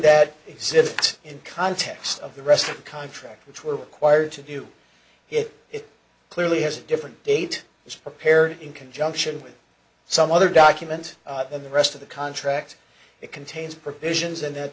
that exists in context of the rest of the contract which will require to view it it clearly has a different date was prepared in conjunction with some other document and the rest of the contract it contains provisions in th